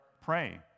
pray